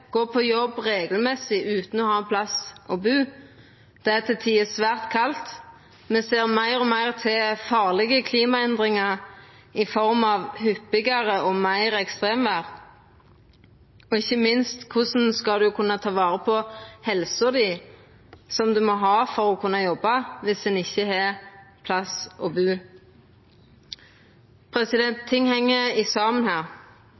på jobb regelmessig, utan å ha ein plass å bu? Det er til tider svært kaldt. Me ser meir og meir til farlege klimaendringar i form av hyppigare og meir ekstremvêr. Og ikkje minst: Korleis skal ein kunna ta vare på helsa si, som ein må ha for å kunna jobba, viss ein ikkje har ein plass å bu? Ting heng saman her.